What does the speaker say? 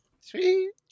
Sweet